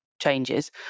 changes